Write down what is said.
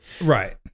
Right